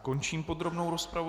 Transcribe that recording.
Končím podrobnou rozpravu.